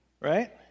Right